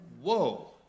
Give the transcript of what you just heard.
Whoa